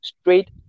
straight